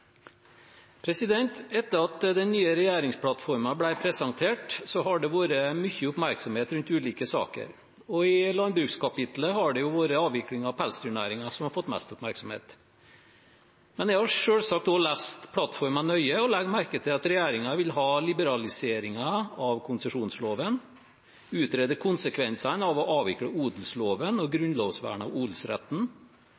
Etter at den nye regjeringsplattformen ble presentert, har det vært mye oppmerksomhet rundt ulike saker, og i landbrukskapitlet har det vært avvikling av pelsdyrnæringen som har fått mest oppmerksomhet. Men jeg har selvsagt lest plattformen nøye, og legger merke til at regjeringen vil ha liberaliseringer av konsesjonsloven, utrede konsekvensene av å avvikle odelsloven og